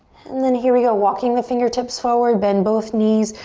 and then here we go, walking the fingertips forward, bend both knees,